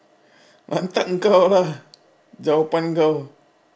pantat kau lah jawapan kau